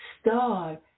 star